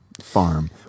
farm